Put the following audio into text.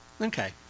Okay